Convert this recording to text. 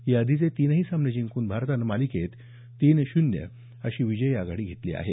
या आधीचे तीनही सामने जिंकून भारतानं मालिकेत तीन शून्य अशी विजयी आघाडी घेतली आहे